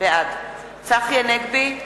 בעד צחי הנגבי,